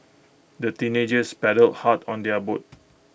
the teenagers paddled hard on their boat